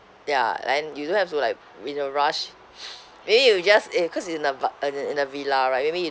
ya then you don't have to like in a rush maybe you just eh cause in a ba~ in a in a villa right maybe